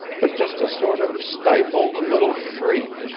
but just a sort of stifled little shriek,